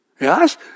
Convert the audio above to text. Yes